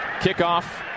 Kickoff